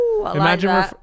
imagine